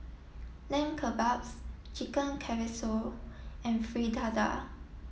Lamb Kebabs Chicken Casserole and Fritada